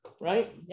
right